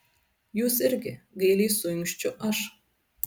jūs irgi gailiai suinkščiu aš